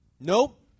Nope